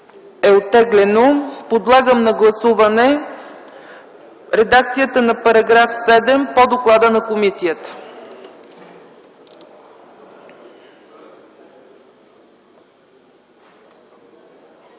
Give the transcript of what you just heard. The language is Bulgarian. е оттеглено, подлагам на гласуване редакцията на § 7 по доклада на комисията.